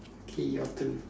okay your turn